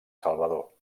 salvador